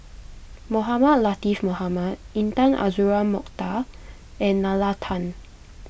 Mohamed Latiff Mohamed Intan Azura Mokhtar and Nalla Tan